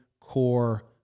core